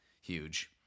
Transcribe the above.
huge